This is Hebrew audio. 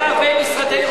הרבה משרדי,